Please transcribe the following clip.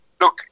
Look